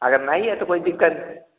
अगर नहीं है तो कोई दिक्कत